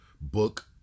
book